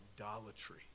idolatry